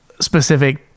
specific